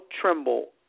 Trimble